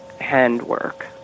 handwork